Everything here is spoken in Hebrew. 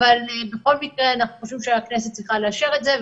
אבל בכל מקרה אנחנו חושבים שהכנסת צריכה לאשר את זה.